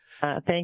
Thank